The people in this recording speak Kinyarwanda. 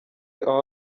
aho